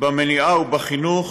במניעה ובחינוך,